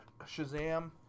Shazam